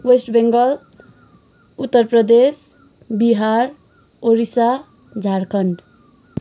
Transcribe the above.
West Bengal Uttar Pradesh Bihar Odisha Jharkhand